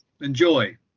enjoy